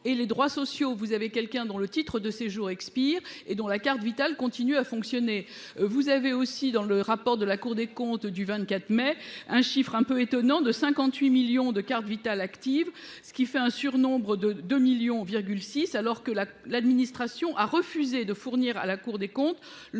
et les droits sociaux. Vous avez quelqu'un dont le titre de séjour expire et dont la carte vitale continuent à fonctionner. Vous avez aussi dans le rapport de la Cour des comptes du 24 mai. Un chiffre un peu étonnant de 58 millions de cartes Vitale actives, ce qui fait un surnombre de deux millions six alors que, là, l'administration a refusé de fournir à la Cour des comptes.